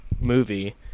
movie